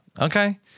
Okay